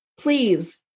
please